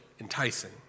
enticing